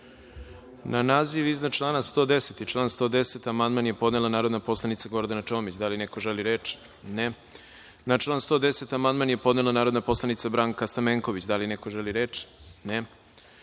naziv iznad člana 110. i član 110. amandman je podnela narodna poslanica Gordana Čomić. Da li neko želi reč? (Ne)Na član 110. amandman je podnela narodna poslanica Branka Stamenković. Da li neko želi reč?